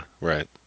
right